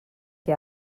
que